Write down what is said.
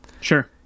Sure